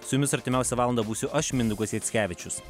su jumis artimiausią valandą būsiu aš mindaugas jackevičius